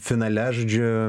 finale žodžiu